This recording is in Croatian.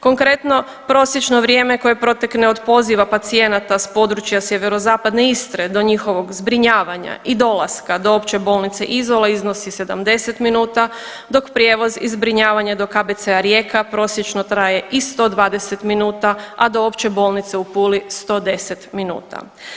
Konkretno, prosječno vrijeme koje protekne od poziva pacijenata s područja sjeverozapadne Istre do njihovog zbrinjavanja i dolaska do Opće bolnice Izola iznosi 70 minuta, dok prijevoz i zbrinjavanje do KBC-a Rijeka prosječno traže i 120 minuta, a do Opće bolnice u Puli 110 minuta.